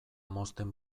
mozten